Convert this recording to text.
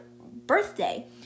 birthday